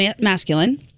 masculine